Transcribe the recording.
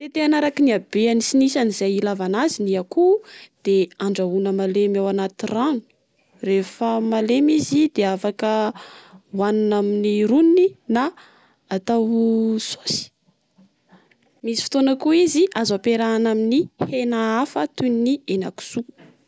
Tetehana araka ny habeany sy ny isany izay ilavana azy ny akoho. Andrahoana malemy ao anaty rano. Rehefa malemy izy de afaka hoanina amin'ny rony na atao sôsy. Misy fotoana koa izy azo ampiarahana amin'ny hena hafa toy ny henakisoa.